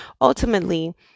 ultimately